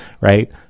Right